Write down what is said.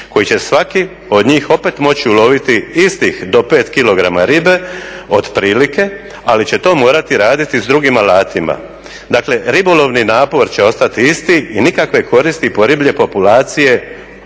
koji će svaki od njih opet moći uloviti istih do 5 kg ribe otprilike ali će to morati raditi s drugim alatima. Dakle, ribolovni napor će ostati isti i nikakve koristi po riblje populacije